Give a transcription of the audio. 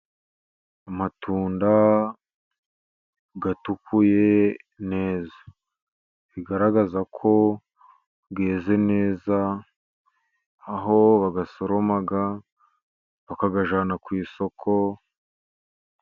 Amatunda atukuye neza, bigaragara ko yeze neza, aho bayasoroma bakayajyana ku isoko.